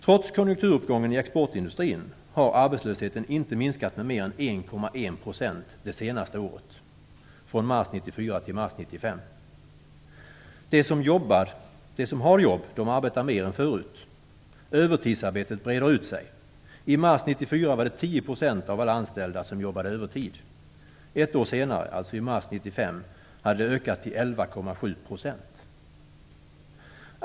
Trots konjunkturuppgången i exportindustrin har arbetslösheten inte minskat med mer än 1,1 % det senaste året från mars 1994 till mars 1995. De som har jobb arbetar mer än förut. Övertidsarbetet breder ut sig. I mars 1994 var det 10 % av alla anställda som jobbade övertid. Ett år senare, alltså i mars 1995, hade det ökat till 11,7 %.